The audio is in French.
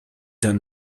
d’un